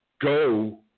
Go